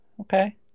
okay